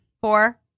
four